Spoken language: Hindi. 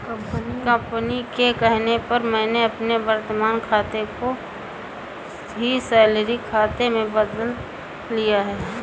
कंपनी के कहने पर मैंने अपने वर्तमान खाते को ही सैलरी खाते में बदल लिया है